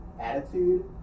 attitude